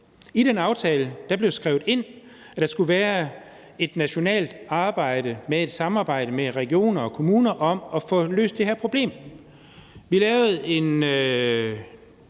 I den aftale blev det skrevet ind, at der skulle være et nationalt arbejde om et samarbejde med regioner og kommuner om at få løst det her problem. Vi lavede en